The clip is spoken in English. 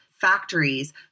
factories